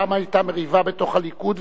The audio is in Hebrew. פעם היתה מריבה בתוך הליכוד,